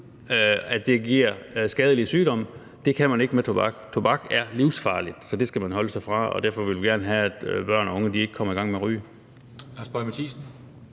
at det giver skadelige sygdomme, og det kan man ikke med tobak. Tobak er livsfarligt, så det skal man holde sig fra. Derfor vil vi gerne have, at børn og unge ikke kommer i gang med at ryge.